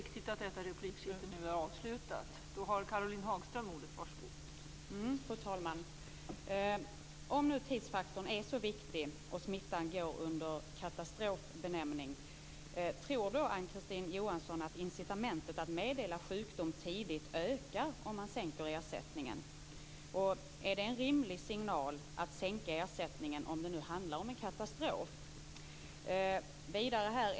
Fru talman! Om tidsfaktorn nu är så viktig och smittan går under katastrofbenämning, tror då Ann Kristine Johansson att incitamentet att meddela sjukdom tidigt ökar om man sänker ersättningen? Är det en rimlig signal att sänka ersättningen om det nu handlar om en katastrof?